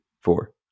four